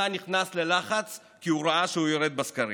נכנס ללחץ כי הוא ראה שהוא יורד בסקרים.